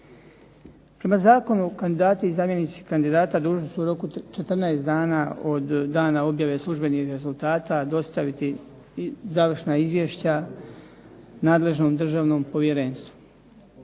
Prema zakonu kandidati i zamjenici kandidata dužni su u roku 14 dana do dana objave službenih rezultata dostaviti završna izvješća nadležnom državnom povjerenstvu.